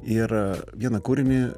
ir vieną kūrinį